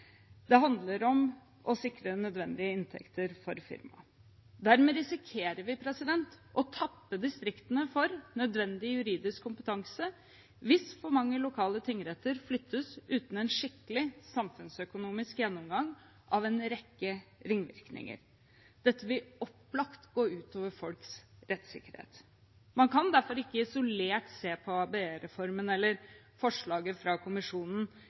Det handler om å sikre nødvendige inntekter for firmaet. Dermed risikerer vi å tappe distriktene for nødvendig juridisk kompetanse – hvis for mange lokale tingretter flyttes uten en skikkelig samfunnsøkonomisk gjennomgang av en rekke ringvirkninger. Dette vil opplagt gå ut over folks rettssikkerhet. Man kan derfor ikke isolert se på ABE-formen, eller forslaget fra kommisjonen,